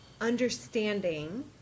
understanding